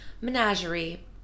Menagerie